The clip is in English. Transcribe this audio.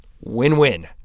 Win-win